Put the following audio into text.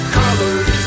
colors